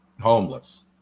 homeless